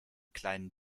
kleinen